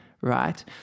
right